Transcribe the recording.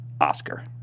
Oscar